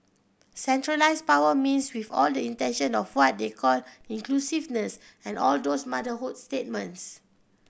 centralised power means with all the intention of what they call inclusiveness and all those motherhood statements